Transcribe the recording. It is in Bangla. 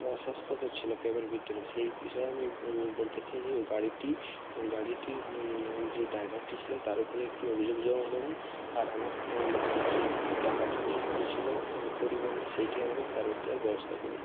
অস্বাস্থ্যকর ছিলো ক্যাবের ভিতরে সেই বিষয়ে আমি বলতে চাই যে ওই গাড়িটি এবং গাড়িটির যে ড্রাইভারটি ছিলো তার ওপরে একটি অভিযোগ জানান তো আপনি আর আমার যে টাকাটি নেয়া হয়েছিলো ওই পরিবহনে সেইটি আমাকে ফেরত দেওয়ার ব্যবস্থা করুন